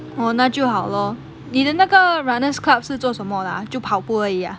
哦那就好咯你的那个 runners' club 是做什么的就跑步而已 ah